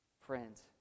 Friends